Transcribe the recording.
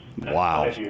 Wow